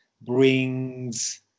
brings